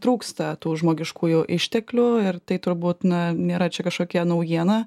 trūksta tų žmogiškųjų išteklių ir tai turbūt na nėra čia kažkokia naujiena